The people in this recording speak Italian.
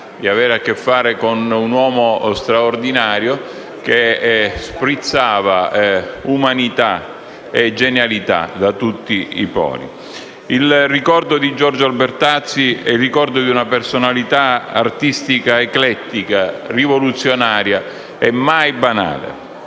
di aver a che fare con un uomo straordinario che sprizzava umanità e genialità da tutti i pori. Il ricordo di Giorgio Albertazzi è quello di una personalità artistica eclettica, rivoluzionaria e mai banale.